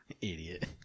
idiot